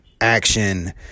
Action